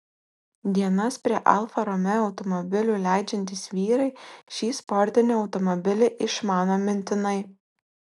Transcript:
dienas prie alfa romeo automobilių leidžiantys vyrai šį sportinį automobilį išmano mintinai